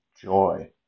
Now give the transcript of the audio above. Joy